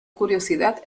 curiosidad